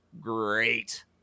great